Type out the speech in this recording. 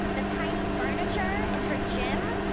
the tiny furniture in her gym,